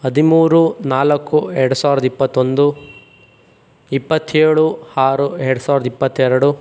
ಹದಿಮೂರು ನಾಲ್ಕು ಎರಡು ಸಾವಿರದ ಇಪ್ಪತ್ತೊಂದು ಇಪ್ಪತ್ತೇಳು ಆರು ಎರಡು ಸಾವಿರದ ಇಪ್ಪತ್ತೆರಡು